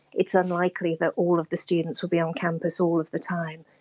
it's unlikely that all of the students will be on campus all of the time,